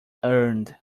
earned